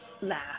laugh